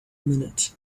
minute